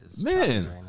Man